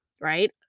right